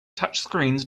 touchscreens